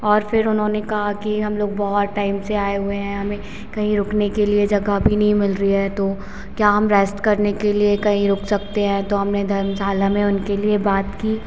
और फिर उन्होंने कहा कि हम लोग बहुत टाइम से आए हुए हैं हमें कहीं रुकने के लिए जगह भी नहीं मिल रही है तो क्या हम रेस्ट करने के लिए कहीं रुक सकते हैं तो हमने धर्मशाला में उनके लिए बात की